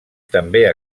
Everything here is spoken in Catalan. també